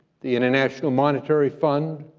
the international monetary fund,